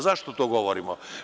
Zašto to govorimo?